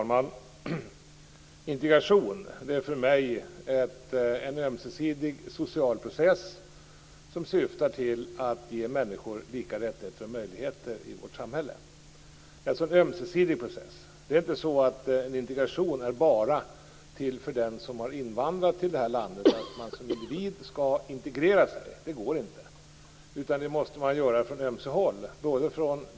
Fru talman! Integration är för mig en ömsesidig social process som syftar till att ge människor lika rättigheter och möjligheter i vårt samhälle. Det är alltså en ömsesidig process. Det är inte så att en integration bara är till för den som har invandrat till det här landet och att man som individ skall integrera sig. Det går inte. Det måste man göra från ömse håll.